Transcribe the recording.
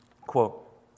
Quote